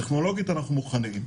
טכנולוגית אנחנו מוכנים.